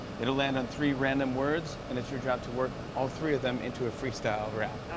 it'll land on three random words, and it's your job to work all three of them into a freestyle rap.